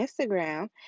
Instagram